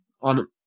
on